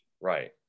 Right